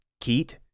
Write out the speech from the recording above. Keat